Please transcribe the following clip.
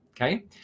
Okay